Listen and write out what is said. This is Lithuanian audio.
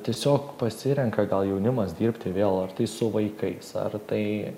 tiesiog pasirenka gal jaunimas dirbti vėl ar tai su vaikais ar tai